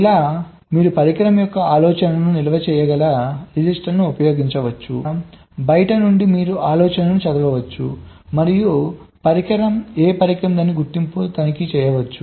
ఇలా మీరు పరికరం యొక్క ఆలోచనను నిల్వ చేయగల రిజిస్టర్ను ఉపయోగించవచ్చు తద్వారా బయటి నుండి మీరు ఆలోచనను చదవవచ్చు మరియు పరికరం ఏ పరికరం అని దాని గుర్తింపును తనిఖీ చేయవచ్చు